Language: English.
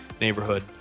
neighborhood